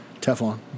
Teflon